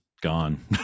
gone